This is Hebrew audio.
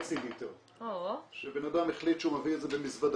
ליטר שבן אדם החליט שהוא מביא את זה במזוודה.